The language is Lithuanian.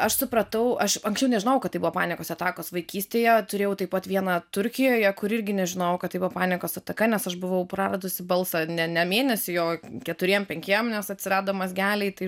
aš supratau aš anksčiau nežinojau kad tai buvo panikos atakos vaikystėje turėjau taip pat vieną turkijoje kur irgi nežinojau kad tai buvo panikos ataka nes aš buvau praradusi balsą ne ne mėnesiui o keturiem penkiem nes atsirado mazgeliai tai